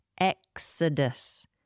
exodus